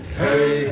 hey